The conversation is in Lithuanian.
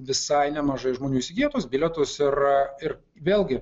visai nemažai žmonių įsigijo tuos bilietus ir ir vėlgi